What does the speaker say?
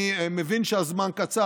אני מבין שהזמן קצר,